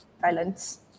violence